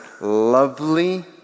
lovely